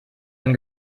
ein